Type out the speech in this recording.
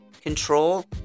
control